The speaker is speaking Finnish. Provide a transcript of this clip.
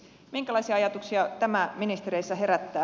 minkälaisia ajatuksia tämä ministereissä herättää